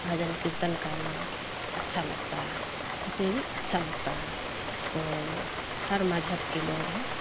بھجن کیرتن کرنا اچھا لگتا ہے اسے بھی اچھا لگتا ہے تو ہر مذہب کے لوگ ہیں